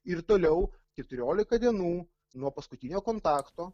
ir toliau keturioliką dienų nuo paskutinio kontakto